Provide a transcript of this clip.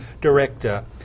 director